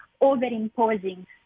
over-imposing